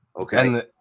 Okay